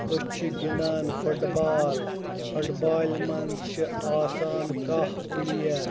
أسۍ چھِ گِنٛدان فُٹ بال فُٹ بالہِ منٛز چھِ آسان کاہہ پٕلیر